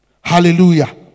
Hallelujah